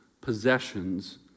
possessions